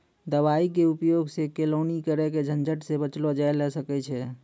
दवाई के उपयोग सॅ केलौनी करे के झंझट सॅ बचलो जाय ल सकै छै